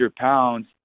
pounds